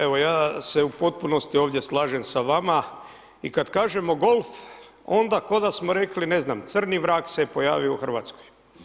Evo, ja se u potpunosti ovdje slažem sa vama i kad kažemo golf, onda koda smo rekli ne znam, crni vrag se je pojavio u Hrvatskoj.